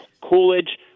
Coolidge